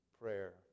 prayer